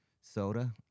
soda